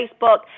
Facebook